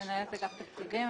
מנהלת אגף תקציבים.